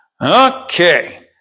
Okay